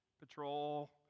patrol